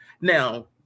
now